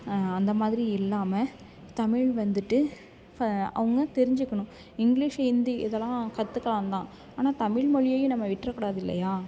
அந்தமாதிரி இல்லாமல் தமிழ் வந்துட்டு அவங்க தெரிஞ்சுக்கணும் இங்கிலிஷ் ஹிந்தி இதெல்லாம் கற்றுக்கலாம் தான் ஆனால் தமிழ் மொழியையும் நம்ம விட்டுறக்கூடாது இல்லையா